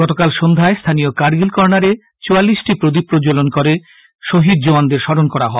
গতকাল সন্ধ্যায় স্হানীয় কার্গিল কর্নারে চুয়াল্লিশটি প্রদীপ প্রজ্বলন করে শহীদ জওয়ানদের স্মরণ করা হয়